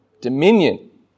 dominion